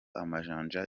amajanja